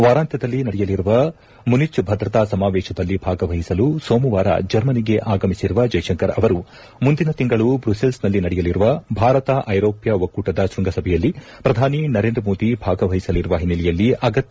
ವಾರಾಂತ್ಯದಲ್ಲಿ ನಡೆಯಲಿರುವ ಮುನಿಚ್ ಭದ್ರತಾ ಸಮಾವೇಶದಲ್ಲಿ ಭಾಗವಹಿಸಲು ಸೋಮವಾರ ಜರ್ಮನಿಗೆ ಆಗಮಿಸಿರುವ ಜೈಶಂಕರ್ ಅವರು ಮುಂದಿನ ತಿಂಗಳು ಬ್ರುಸೆಲ್ಸ್ನಲ್ಲಿ ನಡೆಯಲಿರುವ ಭಾರತ ಐರೋಪ್ಯ ಒಕ್ಕೂಟದ ಶ್ಪಂಗಸಭೆಯಲ್ಲಿ ಪ್ರಧಾನಿ ನರೇಂದ ಮೋದಿ ಭಾಗವಹಿಸಲಿರುವ ಹಿನ್ನೆಲೆಯಲ್ಲಿ ಅಗತ್ಯ